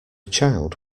child